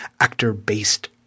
actor-based